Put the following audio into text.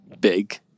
big